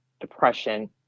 depression